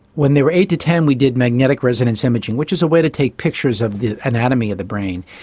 when they were eight to ten we did magnetic resonance imaging, which is a way to take pictures of the anatomy of the brain,